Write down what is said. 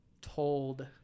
told